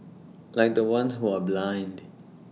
like the ones who are blind